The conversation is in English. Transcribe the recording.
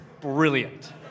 brilliant